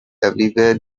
everywhere